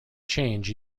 change